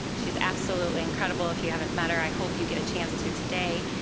she's absolutely incredible. if you haven't met her, i hope you get a chance to today.